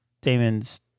damon's